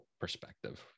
perspective